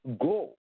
go